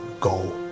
go